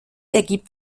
ergibt